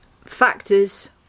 factors